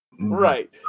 Right